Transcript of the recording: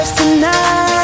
tonight